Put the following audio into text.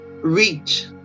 reach